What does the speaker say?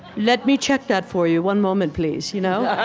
let me check that for you. one moment, please. you know?